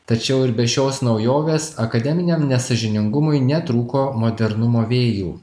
tačiau ir be šios naujovės akademiniam nesąžiningumui netrūko modernumo vėjų